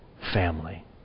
family